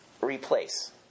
replace